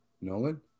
Nolan